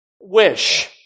wish